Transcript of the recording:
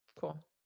Cool